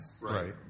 Right